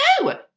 No